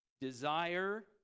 desire